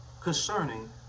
Concerning